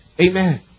Amen